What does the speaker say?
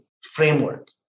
framework